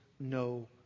no